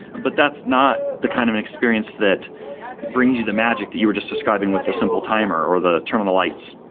but that's not the kind of experience that it brings you the magic that you were just describing with the simple timer, or the turn on the lights.